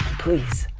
please,